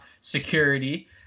security